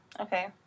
Okay